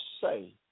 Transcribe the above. say